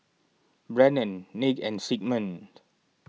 Brennen Nick and Sigmund